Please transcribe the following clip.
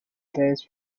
plays